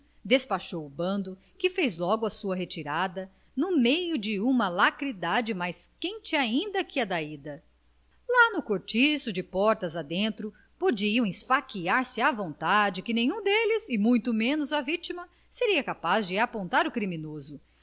despachou o bando que fez logo a sua retirada no meio de uma alacridade mais quente ainda que a da ida lá no cortiço de portas adentro podiam esfaquear se à vontade que nenhum deles e muito menos a vitima seria capaz de apontar o